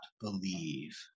believe